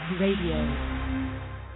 Radio